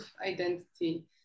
Identity